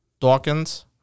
Dawkins